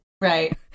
Right